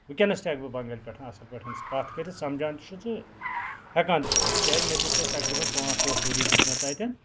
ؤنکیٚنس تہِ ہیٚکہٕ بہٕ بَنگٲلۍ پٮ۪ٹھ اَصٕل پٲٹھۍ کَتھ کٔرِتھ سَمجان چھُ تہٕ ہیٚکان تہِ چھُس بہٕ کیازِ مےٚ دِیُت تَتہِ تقریٖبن پانٛژھ ٲٹھ ؤرۍ دِتۍ مےٚ تَتہِ